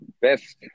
best